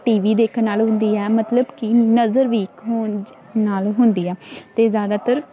T V ਦੇਖਣ ਨਾਲ ਹੁੰਦੀ ਹੈ ਮਤਲਬ ਕਿ ਨਜ਼ਰ ਵੀਕ ਹੋਣ ਜ ਨਾਲ ਹੁੰਦੀ ਆ ਅਤੇ ਜ਼ਿਆਦਾਤਰ